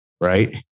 Right